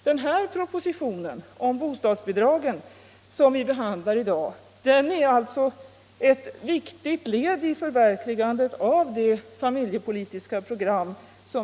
Den proposition om bostadsbidragen som vi behandlar i dag är alltså ett viktigt led i förverkligandet av vårt familjepolitiska program.